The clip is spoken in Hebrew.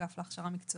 האגף להכשרה מקצועית.